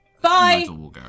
Bye